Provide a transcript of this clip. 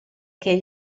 che